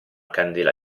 candela